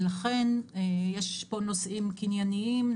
יש פה נושאים קנייניים,